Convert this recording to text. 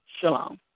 Shalom